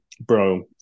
bro